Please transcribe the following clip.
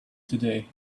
today